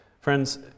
Friends